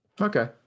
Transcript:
Okay